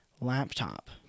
laptop